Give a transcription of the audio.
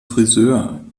frisör